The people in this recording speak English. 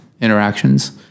interactions